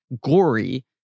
gory